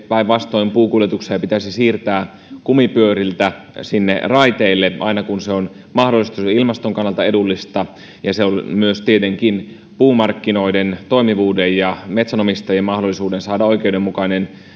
päinvastoin puukuljetuksia pitäisi siirtää kumipyöriltä sinne raiteille aina kun se on mahdollista koska se on ilmaston kannalta edullista ja se on tietenkin myös puumarkkinoiden toimivuuden ja metsänomistajien kannalta mahdollisuus saada oikeudenmukainen